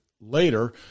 later